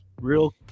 real